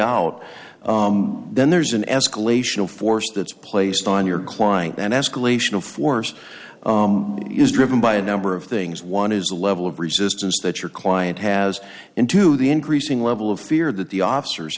out then there's an escalation of force that's placed on your client then escalation of force is driven by a number of things one is a level of resistance that your client has into the increasing level of fear that the officers